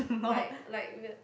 like like we are